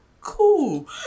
Cool